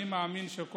אני מאמין שכל